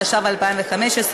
התשע"ו 2015,